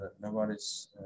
nobody's